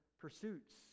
pursuits